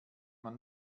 man